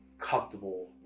comfortable